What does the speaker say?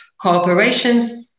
cooperations